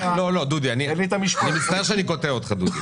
אני מצטער שאני קוטע אותך, דודי.